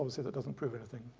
it it doesn't prove anything,